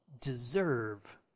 deserve